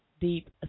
deep